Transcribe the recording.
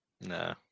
No